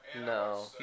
No